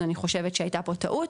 אז אני חושבת שהייתה פה טעות,